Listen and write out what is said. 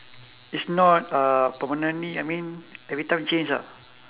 is not uh permanently I mean everytime change ah